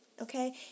Okay